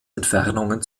entfernungen